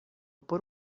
por